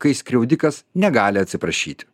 kai skriaudikas negali atsiprašyti